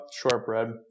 shortbread